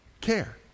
care